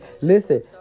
Listen